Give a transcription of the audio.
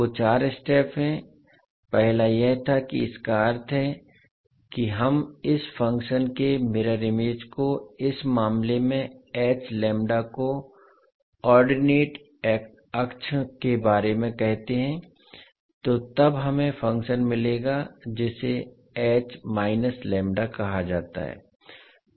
वे चार स्टेप हैं पहला यह था कि इसका अर्थ है कि हम इस फंक्शन के मिरर इमेज को इस मामले में को ऑर्डिनेट अक्ष के बारे में कहते हैं तो तब हमें फंक्शन मिलेगा जिसे कहा जाता है